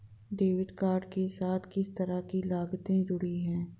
Debit card के साथ किस तरह की लागतें जुड़ी हुई हैं?